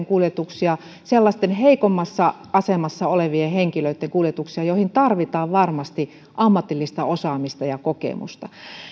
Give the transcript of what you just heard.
kuljetuksia sellaisia heikommassa asemassa olevien henkilöitten kuljetuksia joihin tarvitaan varmasti ammatillista osaamista ja kokemusta